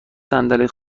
صندلی